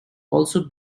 also